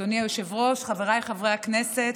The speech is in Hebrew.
אדוני היושב-ראש, חבריי חברי הכנסת,